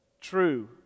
true